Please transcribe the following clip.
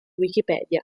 wikipedia